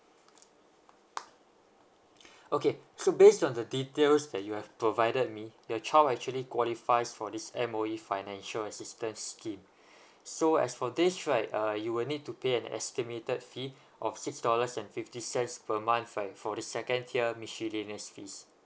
okay so based on the details that you have provided me your child actually qualifies for this M_O_E financial assistance scheme so as for this right uh you will need to pay an estimated fee of six dollars and fifty cents per month right for the second tier miscellaneous fees